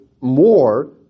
more